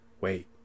wait